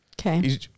Okay